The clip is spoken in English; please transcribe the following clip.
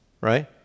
right